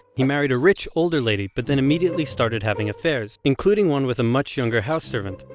he married a rich, older lady, but then immediately started having affairs, including one with a much younger house servant.